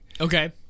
okay